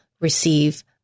receive